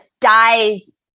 dies